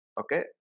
okay